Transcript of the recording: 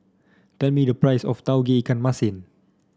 tell me the price of Tauge Ikan Masin